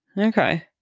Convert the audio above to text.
Okay